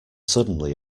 suddenly